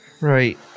Right